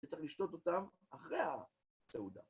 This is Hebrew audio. וצריך לשתות אותם אחרי הסעודה.